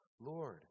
Lord